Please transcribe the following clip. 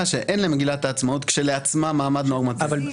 שאין למגילת העצמאות כשלעצמה מעמד נורמטיבי.